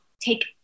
take